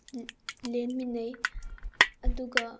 ꯂꯦꯟꯃꯤꯟꯅꯩ ꯑꯗꯨꯒ